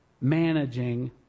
managing